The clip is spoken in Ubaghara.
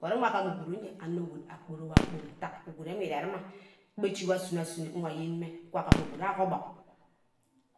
. but awor agam uguru nje onor gud abornowo agborno ntack uguru wo irena kpe ishi wor asuno asuno nwaw ayeneyi ntack agame uguru awor ke orbug